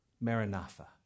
Maranatha